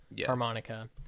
harmonica